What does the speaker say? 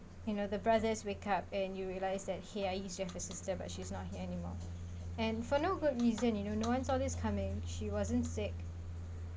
you know the brothers wake up and you realise that !hey! I used to have a sister but she's not here anymore and for no good reason you know no one saw this coming she wasn't sick